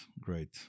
great